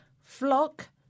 flock